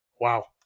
Wow